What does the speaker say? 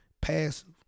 passive